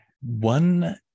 One